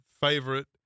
favorite